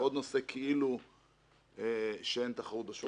עוד נושא כאילו שאין תחרות בשוק.